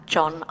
John